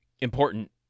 important